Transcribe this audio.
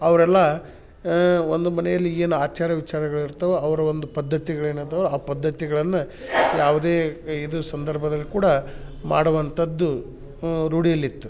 ಅವರೆಲ್ಲ ಒಂದು ಮನೆಯಲ್ಲಿ ಏನು ಆಚಾರ ವಿಚಾರಗಳು ಇರ್ತವೆ ಅವರ ಒಂದು ಪದ್ಧತಿಗಳು ಏನು ಇದಾವೆ ಆ ಪದ್ಧತಿಗಳನ್ನು ಯಾವುದೇ ಇದು ಸಂದರ್ಭದಲ್ಲಿ ಕೂಡ ಮಾಡುವಂಥದ್ದು ರೂಢಿಯಲ್ಲಿತ್ತು